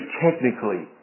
technically